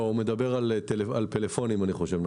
הוא מדבר על פלאפונים, אני חושב.